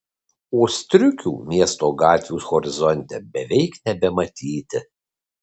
o striukių miesto gatvių horizonte beveik nebematyti